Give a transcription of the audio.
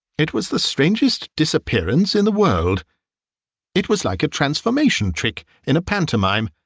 it was the strangest disappearance in the world it was like a transformation trick in a pantomime.